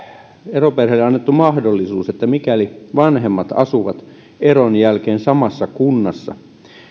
eroperheille annettu mahdollisuus että mikäli vanhemmat asuvat eron jälkeen samassa kunnassa